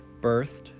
birthed